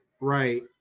right